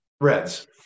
Reds